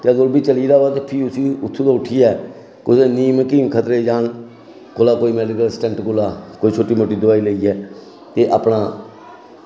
ते ओह्बी चली जा ते भी उसी उत्थै दा उट्ठियै ते भी खतरे ई उसी लाह्ङ कुतै मेडिकल असीस्टेंट कोला कोई निक्की मुट्टी दोआई लेई देङ ते अपना